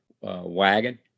wagon